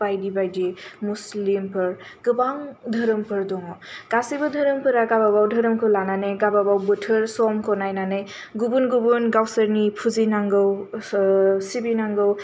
बायदि बायदि मुस्लिमफोर गोबां धोरोमफोर दङ गासैबो धोरोमफोरा गाबा गाव धोरोमखौ लानानै गाबा गाव बोथोर समखौ नायनानै गुबुन गुबुन गावसोरनि फुजिनांगौ सिबिनांगौ